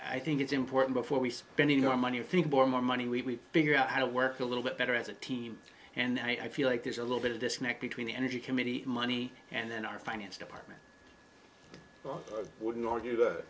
i think it's important before we spending our money i think board more money we figure out how to work a little bit better as a team and i feel like there's a little bit of disconnect between the energy committee money and then our finance department well i wouldn't argue that